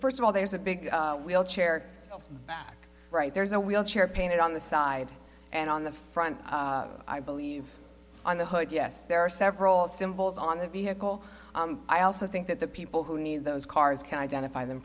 first of all there's a big wheel chair right there is a wheelchair painted on the side and on the front i believe on the hood yes there are several symbols on the vehicle i also think that the people who need those cars can identify them